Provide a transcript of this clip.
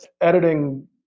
editing